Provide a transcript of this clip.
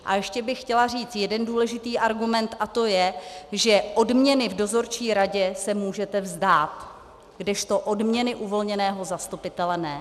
A ještě bych chtěla říct jeden důležitý argument, a to je, že odměny v dozorčí radě se můžete vzdát, kdežto odměny uvolněného zastupitele ne.